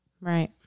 Right